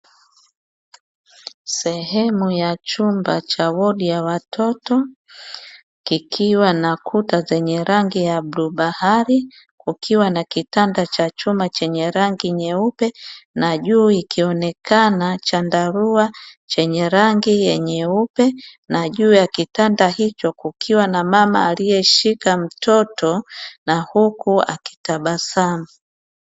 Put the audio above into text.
Sehemu ya chumba cha wodi ya watoto, kikiwa na kuta zenye rangi ya bluu bahari, kukiwa na kitanda cha chuma chenye rangi nyeupe, na juu ikionekana chandarua chenye rangi nyeupe; na juu ya kitanda hicho kukiwa na mama aliyeshika mtoto na huku akitabasamu.